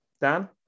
Dan